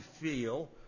feel